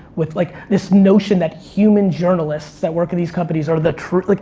with like this notion that human journalists that work in these companies are the truth.